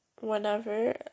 whenever